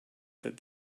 that